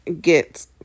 get